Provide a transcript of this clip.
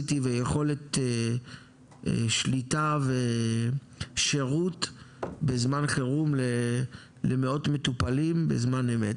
ויכולת שליטה ושירות בזמן חירום למאות מטופלים בזמן אמת.